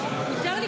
מותר לה